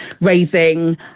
raising